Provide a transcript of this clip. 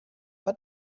but